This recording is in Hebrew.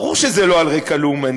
ברור שזה לא על רקע לאומני,